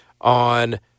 on